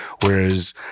whereas